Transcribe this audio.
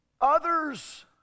Others